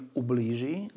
ublíží